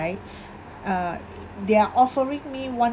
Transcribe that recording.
uh they're offering me one